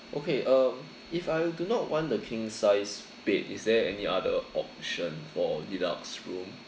okay um if I do not want the king size bed is there any other option for deluxe room